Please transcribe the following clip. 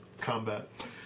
combat